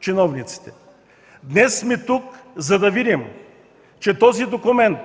чиновниците. Днес сме тук, за да видим, че този документ